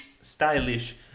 stylish